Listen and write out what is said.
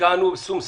השקענו בשום שכל,